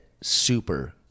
super